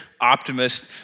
optimist